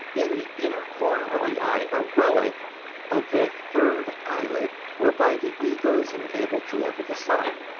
in the inner corner of the eye a relic of that third eyelid whereby the eagle is enabled to look at the sun.